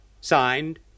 Signed